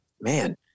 man